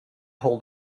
hold